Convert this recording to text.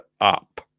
up